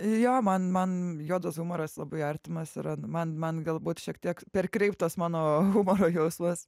jo man man juodas humoras labai artimas yra man man galbūt šiek tiek perkreiptas mano humoro jausmas